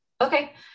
okay